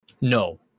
no